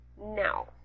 Now